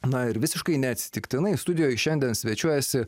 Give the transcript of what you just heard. na ir visiškai neatsitiktinai studijoje šiandien svečiuojasi